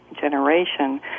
generation